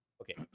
Okay